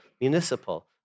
municipal